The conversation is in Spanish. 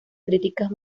críticas